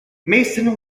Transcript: mason